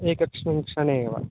एकस्मिन् क्षणे एव